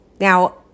Now